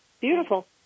Beautiful